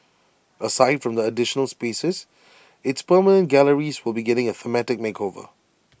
aside from the additional spaces its permanent galleries will be getting A thematic makeover